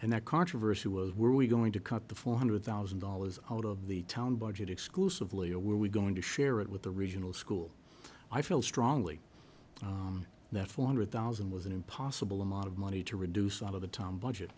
and that controversy was were we going to cut the four hundred thousand dollars out of the town budget exclusively or were we going to share it with the original school i feel strongly that four hundred thousand was an impossible amount of money to reduce a lot of the time budget